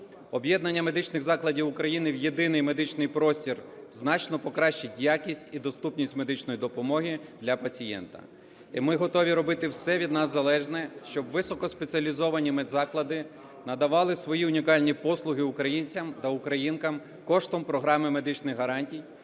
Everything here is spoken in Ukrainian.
Об'єднання медичних закладів України в єдиний медичний простір значно покращить якість і доступність медичної допомоги для пацієнта. І ми готові робити все від нас залежне, щоб високоспеціалізовані медзаклади надавали свої унікальні послуги українцям та українкам коштом програми медичних гарантій,